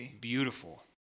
beautiful